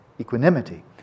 equanimity